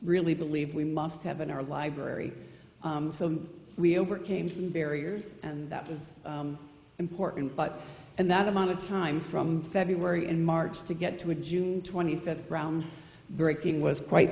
really believe we must have in our library so we overcame some barriers and that was important but and that amount of time from february and march to get to in june twenty fifth breaking was quite